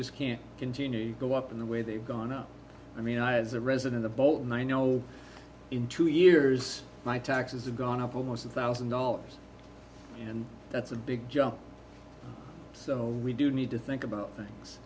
to go up in the way they've gone up i mean i as a resident of bolton i know in two years my taxes have gone up almost a thousand dollars and that's a big jump so we do need to think about things